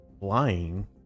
lying